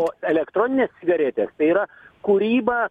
o elektroninės cigaretės tai yra kūryba